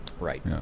Right